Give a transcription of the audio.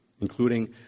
including